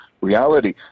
reality